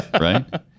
right